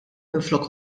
minflok